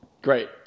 Great